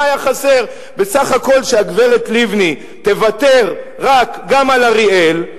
מה היה חסר בסך הכול שהגברת לבני תוותר גם על אריאל,